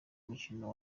mukino